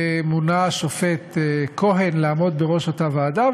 ומונה השופט כהן לעמוד בראש אותה ועדה,